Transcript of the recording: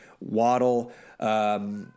Waddle